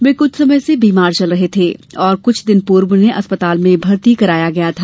वे कुछ समय से बीमार चल रहे थे और कुछ दिन पूर्व उन्हें अस्पताल में भर्ती किया गया था